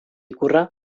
ikurra